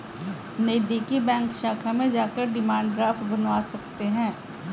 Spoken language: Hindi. नज़दीकी बैंक शाखा में जाकर डिमांड ड्राफ्ट बनवा सकते है